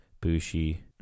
bushi